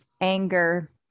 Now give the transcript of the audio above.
anger